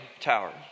Tower